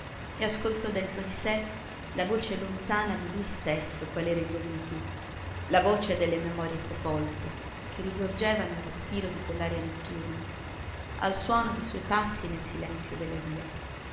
e ascoltò dentro di sé la voce lontana lontana di lui stesso qual era in gioventù la voce delle memorie sepolte che risorgevano al respiro di quell'aria notturna al suono de suoi passi nel silenzio della via